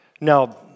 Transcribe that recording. Now